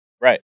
Right